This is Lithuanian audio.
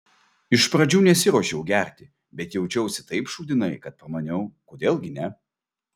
iš pradžių nesiruošiau gerti bet jaučiausi taip šūdinai kad pamaniau kodėl gi ne